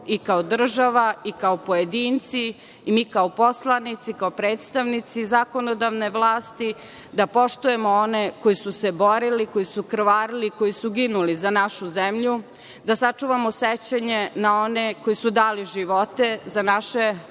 i kao država i kao pojedinci i mi kao poslanici, kao predstavnici zakonodavne vlasti, da poštujemo one koji su se borili, koji su krvarili, koji su ginuli za našu zemlju, da sačuvamo sećanje na one koji su dali živote za naše bolje